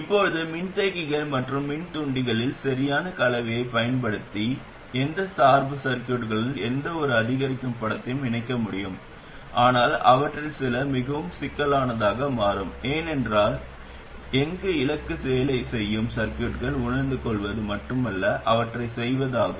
இப்போது மின்தேக்கிகள் மற்றும் மின்தூண்டிகளின் சரியான கலவையைப் பயன்படுத்தி எந்த ஒரு சார்பு சர்கியூட்களுடன் எந்த ஒரு அதிகரிக்கும் படத்தையும் இணைக்க முடியும் ஆனால் அவற்றில் சில மிகவும் சிக்கலானதாக மாறும் ஏனென்றால் எங்கள் இலக்கு வேலை செய்யும் சர்கியூட்களை உணர்ந்துகொள்வது மட்டுமல்ல அவற்றைச் செய்வதும் ஆகும்